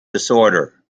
disorder